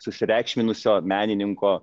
susireikšminusio menininko